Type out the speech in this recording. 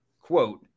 quote